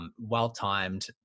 well-timed